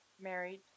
married